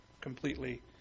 completely